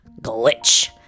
glitch